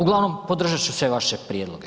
Uglavnom, podržat ću sve vaše prijedloge.